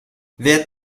wer